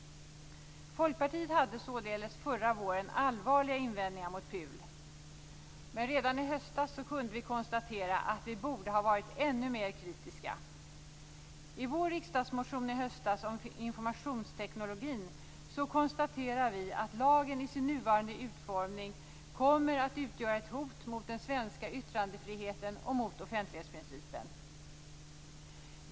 Folkpartiet hade således förra våren allvarliga invändningar mot PUL. Redan i höstas kunde vi konstatera att vi borde ha varit ännu mer kritiska. I vår riksdagsmotion i höstas om informationstekniken konstaterar vi att lagen i sin nuvarande utformning kommer att utgöra ett hot mot den svenska yttrandefriheten och mot offentlighetsprincipen.